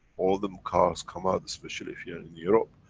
all the um cars come out, especially if you are in europe.